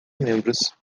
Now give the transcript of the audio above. membros